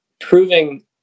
proving